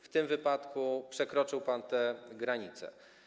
W tym wypadku przekroczył pan tę granicę.